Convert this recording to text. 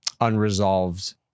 unresolved